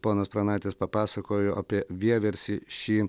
ponas pranaitis papasakojo apie vieversį šį